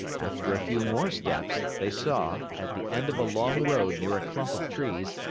after a few more steps, they saw, at the end of a long road near a clump of trees,